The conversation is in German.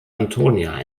antonia